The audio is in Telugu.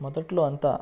మొదట్లో అంతా